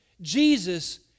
Jesus